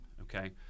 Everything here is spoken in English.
Okay